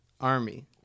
army